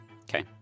Okay